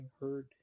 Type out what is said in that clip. heard